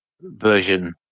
version